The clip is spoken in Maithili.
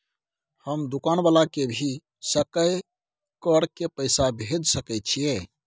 हम दुकान वाला के भी सकय कर के पैसा भेज सके छीयै?